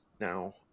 now